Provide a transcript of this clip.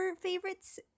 favorites